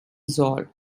soll